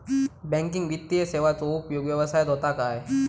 Banking वित्तीय सेवाचो उपयोग व्यवसायात होता काय?